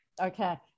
Okay